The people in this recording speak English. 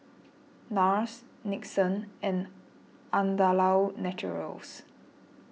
Nars Nixon and Andalou Naturals